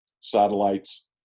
satellites